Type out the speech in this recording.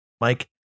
Mike